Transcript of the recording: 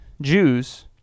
Jews